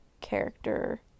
character